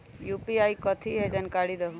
UPI कथी है? जानकारी दहु